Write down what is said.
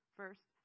First